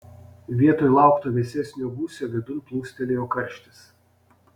vietoj laukto vėsesnio gūsio vidun plūstelėjo karštis